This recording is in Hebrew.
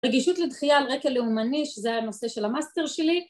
רגישות לדחייה על רקע לאומני שזה היה הנושא של המאסטר שלי